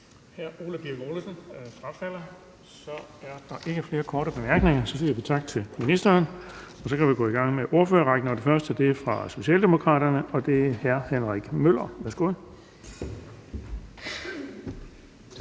(Erling Bonnesen): Der er ikke flere korte bemærkninger, så vi siger tak til ministeren. Nu kan vi gå i gang med ordførerrækken. Den første ordfører er fra Socialdemokraterne, og det er hr. Henrik Møller. Værsgo.